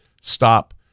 stop